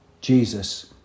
Jesus